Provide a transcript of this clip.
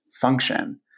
function